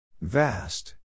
Vast